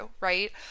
right